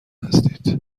هستید